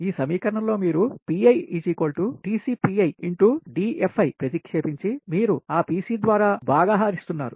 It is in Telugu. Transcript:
ఈ సమీకరణం లో మీరు pipiTpప్రతిక్షేపించి మీరు ఆ Pc ద్వారా భాగహారిస్తున్నారు